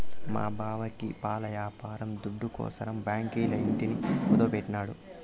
మా బావకి పాల యాపారం దుడ్డుకోసరం బాంకీల ఇంటిని కుదువెట్టినాడు